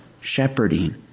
shepherding